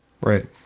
Right